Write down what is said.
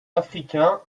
africains